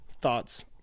thoughts